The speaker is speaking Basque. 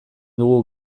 dugu